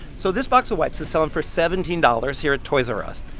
so this box of wipes is selling for seventeen dollars here at toys r us.